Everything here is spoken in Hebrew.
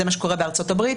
זה מה שקורה בארצות הברית,